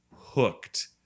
hooked